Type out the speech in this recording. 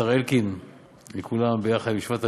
השר אלקין עם כולם ביחד בישיבת הממשלה,